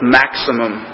maximum